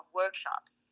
workshops